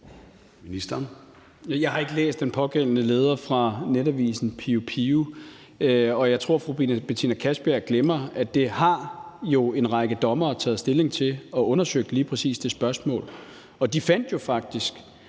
Jeg har ikke læst den pågældende leder fra Netavisen Pio. Jeg tror, at fru Betina Kastbjerg glemmer, at en række dommere jo har taget stilling til og undersøgt lige præcis det spørgsmål, og de fandt jo faktisk,